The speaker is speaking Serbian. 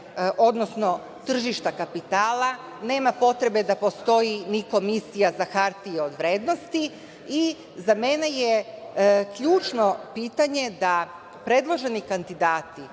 odnosno tržišta kapitala, nema potrebe da postoji ni Komisija za hartije od vrednosti.Za mene je ključno pitanje da predloženi kandidati